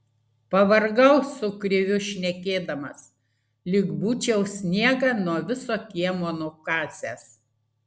pavargau su kriviu šnekėdamas lyg būčiau sniegą nuo viso kiemo nukasęs